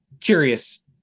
curious